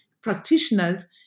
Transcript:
practitioners